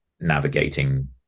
navigating